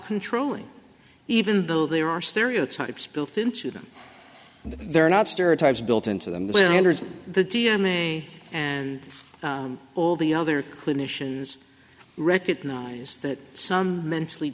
controlling even though there are stereotypes built into them that they're not stereotypes built into them when they entered the d n a and all the other clinicians recognize that some mentally